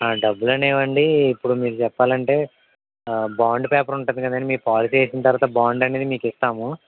డబ్బులనేవండి ఇప్పుడు మీకు చెప్పాలంటే బాండ్ పేపర్ ఉంటుంది కదండీ పాలసీ వేసిన తర్వాత బాండ్ అనేది మీకు ఇస్తాము